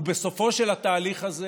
ובסופו של התהליך הזה